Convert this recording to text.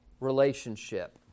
relationship